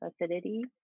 acidity